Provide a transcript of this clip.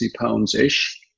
pounds-ish